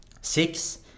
Six